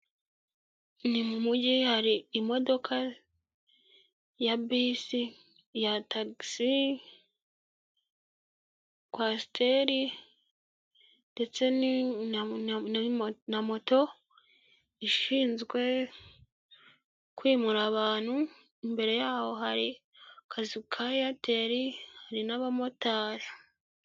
Ni mu mujyi hari imodoka ya bisi, ya taxi, kwasiteri, ndetse na moto ishinzwe kwimura abantu imbere yaho hari kazu ka eyateli hari n'abamotari.